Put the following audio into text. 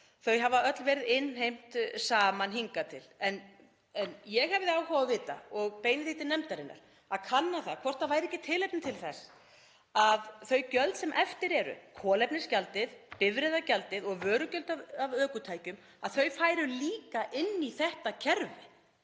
hafa öll verið innheimt saman hingað til. Ég hefði áhuga á að vita og beini því til nefndarinnar að kanna hvort það væri ekki tilefni til þess að þau gjöld sem eftir eru, kolefnisgjaldið, bifreiðagjaldið og vörugjöld af ökutækjum, færu líka inn í þetta kerfi